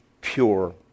pure